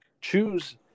choose